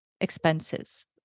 expenses